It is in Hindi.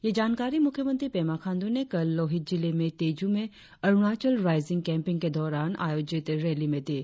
यह जानकारी मुख्यमंत्री पेमा खांडू ने कल लोहित जिले में तेजू में अरुणाचल राईजिंग केंपिंग के दौरान आयोजित रैली में दी